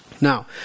Now